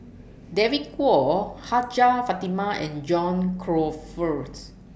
David Kwo Hajjah Fatimah and John Crawfurd's